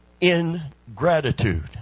ingratitude